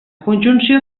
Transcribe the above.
conjunció